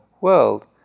world